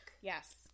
yes